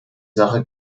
sache